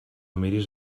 miris